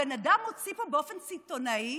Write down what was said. הבן אדם מוציא פה באופן סיטונאי